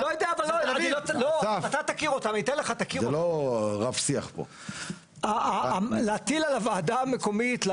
שבו תהיה בקשה להארכת מועד של הוועדה המחוזית.